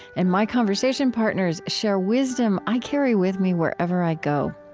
and my conversation partners share wisdom i carry with me wherever i go.